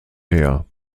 mehr